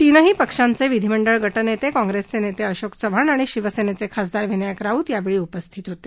तीनही पक्षांचे विधीमंडळ ग जेते काँग्रेसचे नेते अशोक चव्हाण आणि शिवसेनेचे खासदार विनायक राऊत यावेळी उपस्थित होते